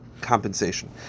compensation